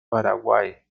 paraguay